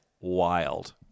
wild